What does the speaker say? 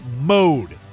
mode